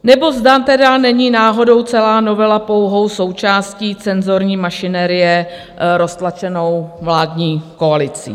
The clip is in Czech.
Nebo zda tedy není náhodou celá novela pouhou součástí cenzurní mašinérie roztlačenou vládní koalicí?